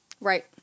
Right